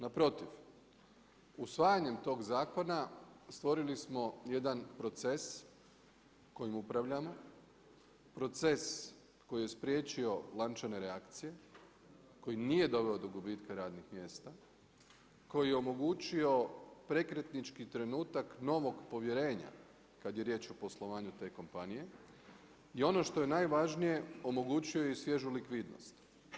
Naprotiv, usvajanjem tog zakona, stvorili smo jedan proces kojim upravljamo, proces koji je spriječio lančane reakcije, koji nije odveo do gubitka radnih mjesta, koji je omogućio prekretnički trenutak novog povjerenja, kada je riječ o poslovanju te kompanije i ono što je najvažnije, omogućuje i svježu likvidnost.